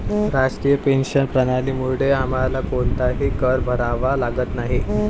राष्ट्रीय पेन्शन प्रणालीमुळे आम्हाला कोणताही कर भरावा लागत नाही